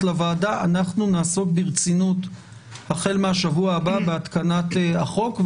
לוועדה אנחנו נעסוק ברצינות החל מהשבוע הבא בהתקנת החוק.